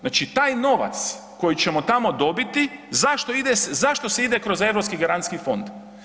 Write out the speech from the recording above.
Znači taj novac koji ćemo tamo dobiti, zašto se ide kroz Europski garancijski fond?